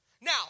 Now